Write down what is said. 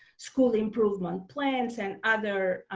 school improvement plans and other